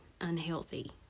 unhealthy